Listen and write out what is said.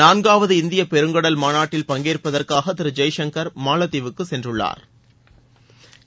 நான்காவது இந்திய பெருங்கடல் மாநாட்டில் பங்கேற்பதற்காக திரு ஜெய்சங்கள் மாலத்தீவுக்கு சென்றுள்ளாா்